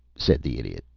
said the idiot,